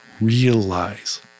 realize